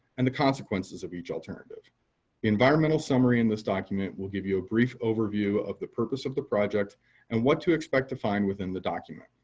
and the consequences of each alternative. the environmental summary in this document will give you a brief overview of the purpose of the project and what to expect to find within the document.